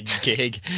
gig